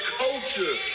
culture